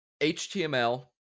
HTML